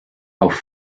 auf